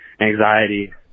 anxiety